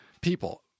people